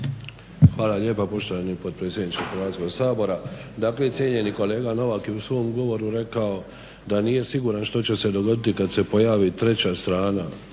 Hvala lijepa poštovani potpredsjedniče Hrvatskog sabora. Dakle, cijenjeni kolega Novak je u svom govoru rekao da nije siguran što će se dogoditi kad se pojavi treća strana,